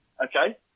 Okay